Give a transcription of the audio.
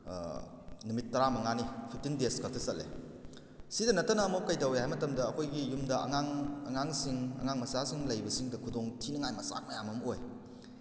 ꯅꯨꯃꯤꯠ ꯇꯔꯥ ꯃꯉꯥꯅꯤ ꯐꯤꯐꯇꯤꯟ ꯗꯦꯖ ꯈꯛꯇ ꯆꯠꯂꯦ ꯁꯤꯗ ꯅꯠꯇꯅ ꯑꯃꯨꯛ ꯀꯩꯗꯧꯏ ꯍꯥꯏꯕ ꯃꯇꯝꯗ ꯑꯩꯈꯣꯏꯒꯤ ꯌꯨꯝꯗ ꯑꯉꯥꯡ ꯑꯉꯥꯡꯁꯤꯡ ꯑꯉꯥꯡ ꯃꯆꯥꯁꯤꯡ ꯂꯩꯕꯁꯤꯡꯗ ꯈꯨꯗꯣꯡ ꯊꯤꯅꯤꯡꯉꯥꯏ ꯃꯆꯥꯛ ꯃꯌꯥꯝ ꯑꯃ ꯑꯣꯏ